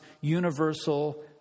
universal